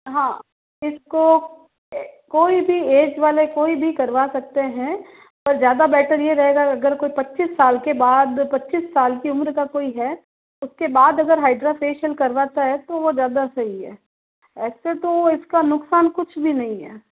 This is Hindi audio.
हाँ इसको कोई भी ऐज वाला कोई भी करवा सकते हैं तो ज़्यादा बेटर ये रहेगा अगर कोई पच्चीस साल के बाद पच्चीस साल की उम्र का कोई है उसके बाद अगर हाइड्रा फेशियल करवाता है तो वो ज़्यादा सही है ऐसे तो इसका नुकसान कुछ भी नहीं है